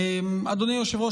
אדוני היושב-ראש,